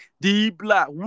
D-block